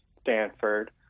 Stanford